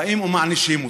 באים ומענישים אותם.